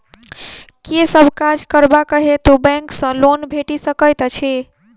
केँ सब काज करबाक हेतु बैंक सँ लोन भेटि सकैत अछि?